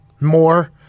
more